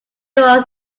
was